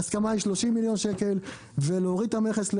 ההסכמה היא 30 מיליון שקל ולהוריד את המכס.